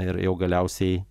ir jau galiausiai